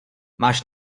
máš